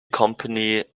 company